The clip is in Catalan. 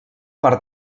per